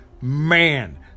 Man